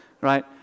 Right